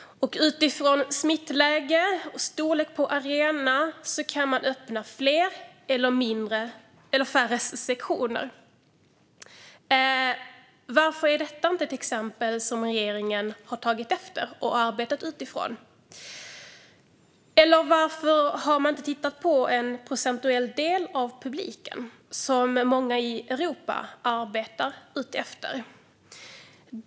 Utifrån smittläge och storlek på arena kan man öppna fler eller färre sektioner. Varför är detta inte ett exempel som regeringen har tagit efter och arbetat utifrån? Och varför har regeringen inte tittat på en procentuell del av publiken, vilket många i Europa arbetar efter?